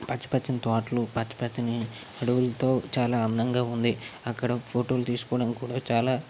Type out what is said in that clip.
పచ్చ పచ్చని తోటలు పచ్చ పచ్చని అడవులతో చాలా అందంగా ఉంది అక్కడ ఫోటోలు తీసుకోవడం కూడా చాలా